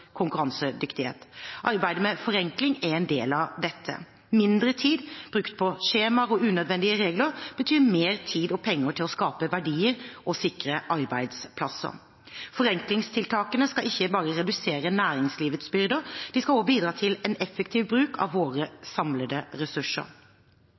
konkurransedyktighet. Arbeidet med forenkling er en del av dette. Mindre tid brukt på skjemaer og unødvendige regler betyr mer tid og penger til å skape verdier og sikre arbeidsplasser. Forenklingstiltakene skal ikke bare redusere næringslivets byrder, de skal også bidra til en effektiv bruk av våre